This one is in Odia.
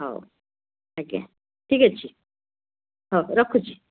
ହଉ ଆଜ୍ଞା ଠିକ୍ ଅଛି ହଉ ରଖୁଛି